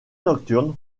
nocturne